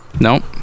No